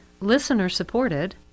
listener-supported